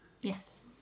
Yes